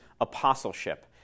apostleship